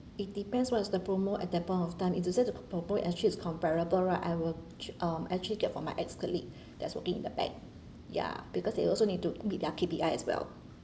it depends what is the promo at that point of time if the said promo actually is comparable right I will actually um actually get from my ex-colleague that's working in the bank ya because they also need to meet their K_P_I as well